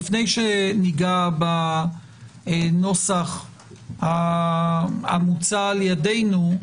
לפני שניגע בנוסח המוצע על ידינו,